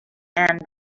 and